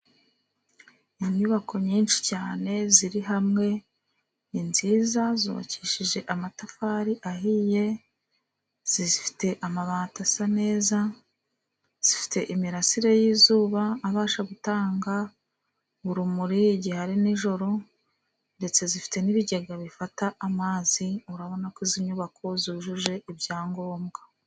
Inyubako nyinshi cyane ziri hamwe, ni nziza zubakishije amatafari ahiye, zifite amabati asa neza, zifite imirasire y'izuba abasha gutanga urumuri igihe ari nijoro, ndetse zifite n'ibigega bifata amazi. Urabona ko izi nyubako zujuje ibyangombwa.